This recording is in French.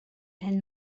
elles